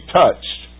touched